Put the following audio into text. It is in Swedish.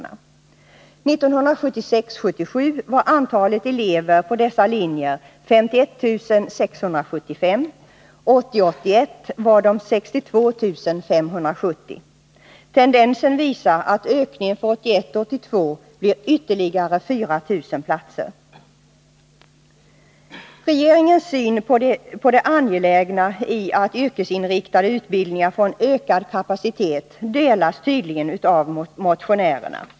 Budgetåret 1976 81 var de 62 570. Tendensen visar att ökningen för 1981/82 blir ytterligare 4 000 platser. Regeringens syn på det angelägna i att yrkesinriktade utbildningar får en ökad kapacitet delas tydligen av motionärerna.